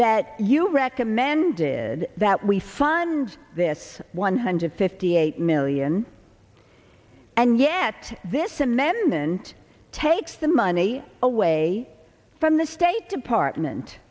that you recommended that we fund this one hundred fifty eight million and yet this amendment takes the money away from the state department